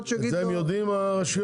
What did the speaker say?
את זה הרשויות יודעים עכשיו?